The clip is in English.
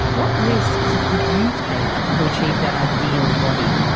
what risks would you take to achieve that ideal body?